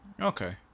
Okay